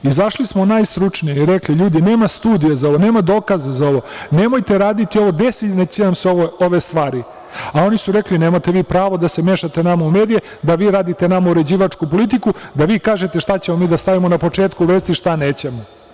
Izašli smo najstručnije i rekli – ljudi, nema studije za ovo, nema dokaza za ovo, nemojte raditi ovo, desiće vam se ove stvari, a oni su rekli – nemate vi pravo da se mešate nama u medije, da vi radite nama uređivačku politiku, da vi kažete šta ćemo mi da stavimo na početku vesti a šta nećemo.